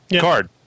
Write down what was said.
card